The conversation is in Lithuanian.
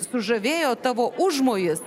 sužavėjo tavo užmojis